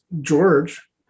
George